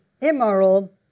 immoral